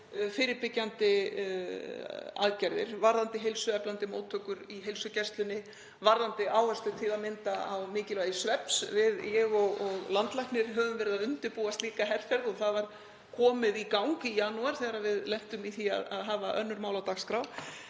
fyrirbyggjandi aðgerðir, varðandi heilsueflandi móttöku í heilsugæslunni, varðandi áherslur til að mynda á mikilvægi svefns. Ég og landlæknir höfum verið að undirbúa slíka herferð og það var komið í gang í janúar þegar við lentum í því að hafa önnur mál á dagskrá.